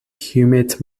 humid